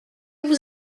vous